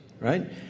right